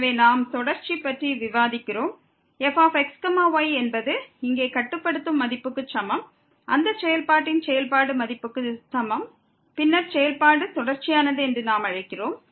எனவே நாம் தொடர்ச்சி பற்றி விவாதிக்கிறோம் fx y என்பது இங்கே கட்டுப்படுத்தும் மதிப்புக்கு சமம் அந்த செயல்பாட்டின் செயல்பாடு மதிப்புக்கு சமம் பின்னர் செயல்பாடு தொடர்ச்சியானது என்று நாம் அழைக்கிறோம்